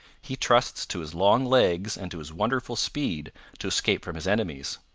he trusts to his long legs and to his wonderful speed to escape from his enemies.